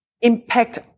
impact